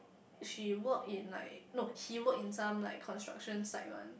she work in like no he work in some like construction site one